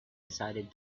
decided